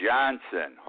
Johnson